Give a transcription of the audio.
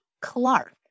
Clark